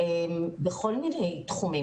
מכל מיני תחומים.